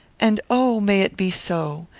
and oh! may it be so!